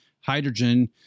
hydrogen